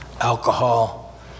alcohol